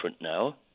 now